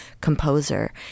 composer